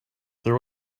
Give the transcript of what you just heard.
there